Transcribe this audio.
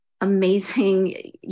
amazing